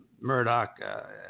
Murdoch